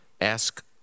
ask